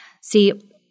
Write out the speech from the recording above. See